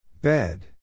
Bed